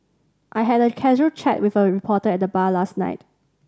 I had a casual chat with a reporter at the bar last night